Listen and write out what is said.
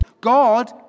God